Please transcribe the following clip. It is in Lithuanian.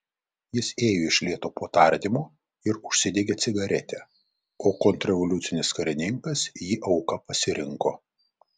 jis ėjo iš lėto po tardymo ir užsidegė cigaretę o kontrrevoliucinis karininkas jį auka pasirinko